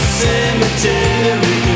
cemetery